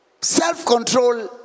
self-control